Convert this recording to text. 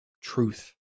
truth